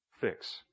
fix